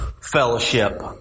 fellowship